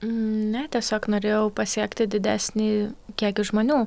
ne tiesiog norėjau pasiekti didesnį kiekį žmonių